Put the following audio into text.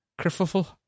criffleful